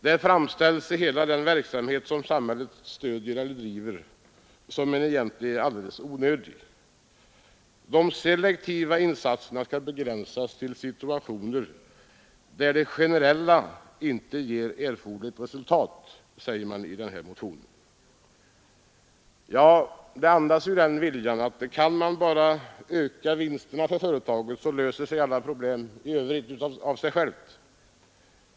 Där framställs hela den verksamhet som samhället stöder eller bedriver som egentligen alldeles onödig. De selektiva insatserna skall begränsas till situationer där de generella inte ger erforderligt resultat, säger man i denna motion. Dessa uttalanden andas den inställningen att alla problem i övrigt löser sig själva bara man kan öka vinsterna för företagen.